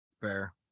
Fair